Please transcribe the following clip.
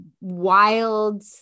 Wild